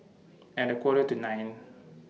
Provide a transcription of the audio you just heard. At A Quarter to nine